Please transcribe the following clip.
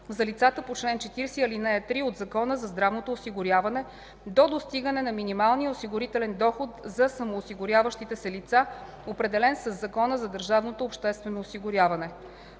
за лицата по чл. 40, ал. 3 от Закона за здравното осигуряване, до достигане на минималния осигурителен доход за самоосигуряващите се лица, определен със Закона за държавното обществено осигуряване.